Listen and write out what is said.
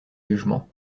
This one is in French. jugements